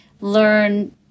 learn